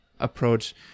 approach